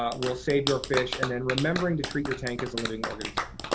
ah will save your fish, and then remembering to treat your tank as a living organism.